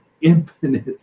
infinite